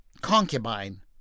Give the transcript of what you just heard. concubine